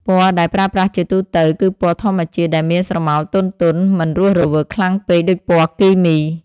ពណ៌ដែលប្រើប្រាស់ជាទូទៅគឺពណ៌ធម្មជាតិដែលមានស្រមោលទន់ៗមិនរស់រវើកខ្លាំងពេកដូចពណ៌គីមី។